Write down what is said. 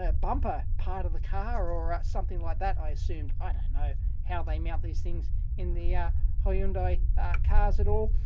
ah bumper part of the car, or something like that, i assume. i don't know how they mount these things in the hyundai cars at all,